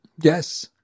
yes